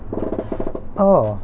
orh